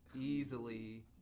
Easily